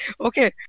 Okay